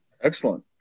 excellent